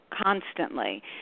constantly